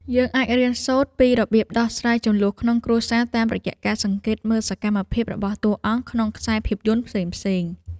យើងអាចរៀនសូត្រពីរបៀបដោះស្រាយជម្លោះក្នុងគ្រួសារតាមរយៈការសង្កេតមើលសកម្មភាពរបស់តួអង្គក្នុងខ្សែភាពយន្តផ្សេងៗ។